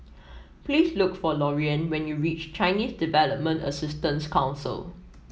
please look for Lorean when you reach Chinese Development Assistance Council